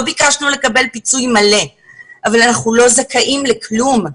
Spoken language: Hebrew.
לא ביקשנו לקבל פיצוי מלא אבל אנחנו לא זכאים לכלום.